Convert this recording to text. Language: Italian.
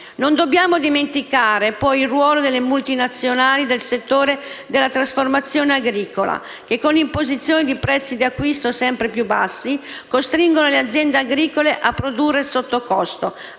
Non dobbiamo dimenticare, poi, il ruolo delle multinazionali del settore della trasformazione agricola, che con l'imposizione di prezzi di acquisto sempre più bassi, costringono le aziende agricole a produrre sottocosto,